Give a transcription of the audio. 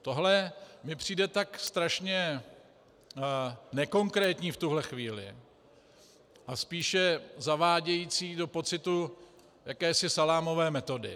Tohle mi přijde tak strašně nekonkrétní v tuhle chvíli a spíše zavádějící do pocitu jakési salámové metody.